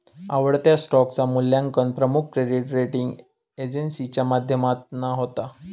आवडत्या स्टॉकचा मुल्यांकन प्रमुख क्रेडीट रेटींग एजेंसीच्या माध्यमातना होता